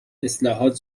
اصلاحات